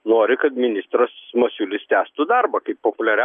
nori kad ministras masiulis tęstų darbą kaip populiariau